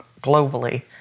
globally